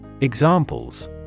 Examples